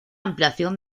ampliación